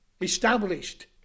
Established